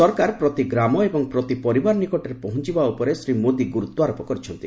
ସରକାର ପ୍ରତି ଗ୍ରାମ ଏବଂ ପ୍ରତି ପରିବାର ନିକଟରେ ପହଞ୍ଚବା ଉପରେ ଶ୍ରୀ ମୋଦି ଗ୍ରର୍ତ୍ୱାରୋପ କରିଛନ୍ତି